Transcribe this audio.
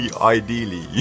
Ideally